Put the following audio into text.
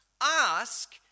ask